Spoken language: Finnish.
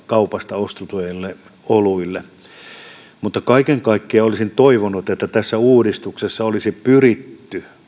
kaupasta ostetuille oluille kaiken kaikkiaan olisin toivonut että tässä uudistuksessa olisi pyritty